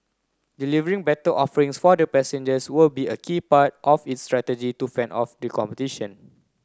delivering better offerings for the passengers will be a key part of its strategy to fend off the competition